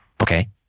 Okay